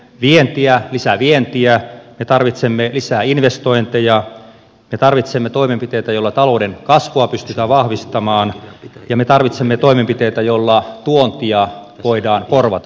suomi tarvitsee lisää vientiä me tarvitsemme lisää investointeja me tarvitsemme toimenpiteitä joilla talouden kasvua pystytään vahvistamaan ja me tarvitsemme toimenpiteitä joilla tuontia voidaan korvata